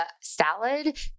salad